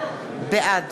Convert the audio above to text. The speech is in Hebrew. בעד